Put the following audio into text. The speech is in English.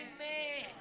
Amen